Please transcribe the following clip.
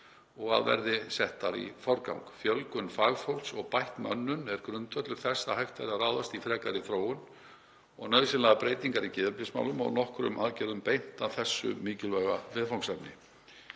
verði sett í forgang. Fjölgun fagfólks og bætt mönnun er grundvöllur þess að hægt verði að ráðast í frekari þróun og nauðsynlegar breytingar í geðheilbrigðismálum og nokkrum aðgerðum er beint að þessu mikilvæga viðfangsefni.